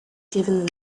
given